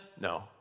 No